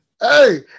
Hey